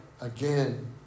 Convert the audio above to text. again